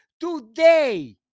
today